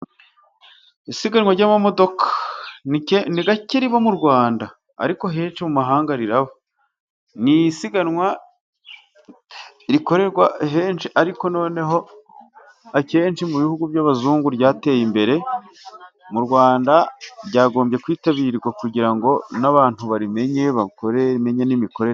Isiganwa ry'amamodoka, ni gake riba mu Rwanda, ariko ahenshi mu mahanga riraba. Ni isiganwa rikorerwa henshi ariko noneho akenshi mu bihugu by'abazungu ryateye imbere, mu Rwanda ryagombye kwitabirwa kugira ngo n'abantu barimenye, bakore bamenye n'imikorere.